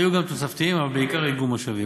היו גם תוספתיים, אבל בעיקר איגום משאבים.